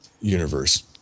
universe